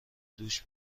دوش